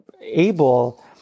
able